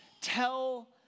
tell